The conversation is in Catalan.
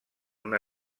una